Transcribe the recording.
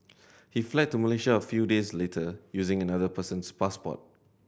he fled to Malaysia a few days later using another person's passport